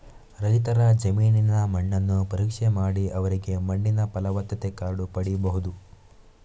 ರೈತರ ಜಮೀನಿನ ಮಣ್ಣನ್ನು ಪರೀಕ್ಷೆ ಮಾಡಿ ಅವರಿಗೆ ಮಣ್ಣಿನ ಫಲವತ್ತತೆ ಕಾರ್ಡು ಪಡೀಬಹುದು